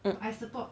mm